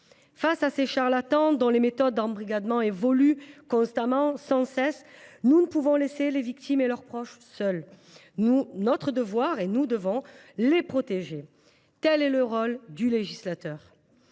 Face à ces charlatans, dont les méthodes d’embrigadement évoluent sans cesse, nous ne pouvons pas laisser les victimes ou leurs proches seuls. Notre devoir est de les protéger : tel est le rôle du législateur.